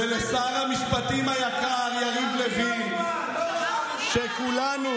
(חבר הכנסת סימון דוידסון יוצא מאולם המליאה.) וכמובן,